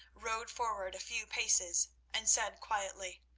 rode forward a few paces, and said quietly